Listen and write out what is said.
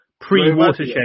Pre-Watershed